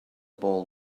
ball